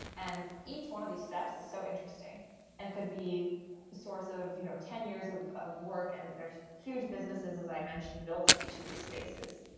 and each one of these steps is so interesting and could be the source of you know ten years of of work. and there's huge businesses as i mentioned built in each of these spaces.